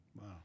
Wow